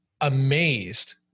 amazed